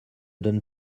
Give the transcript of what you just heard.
donne